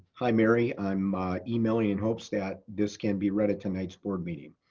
hi mary. i'm emailing in hopes that this can be read at tonight's board meeting.